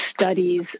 studies